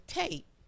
tape